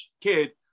kid